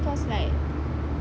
cause like